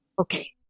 Okay